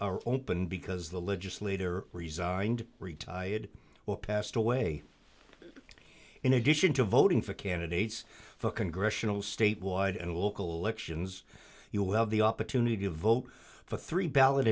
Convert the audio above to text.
are open because the legislator resigned retired or passed away in addition to voting for candidates for congressional statewide and local elections you will have the opportunity to vote for three ballot